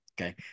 Okay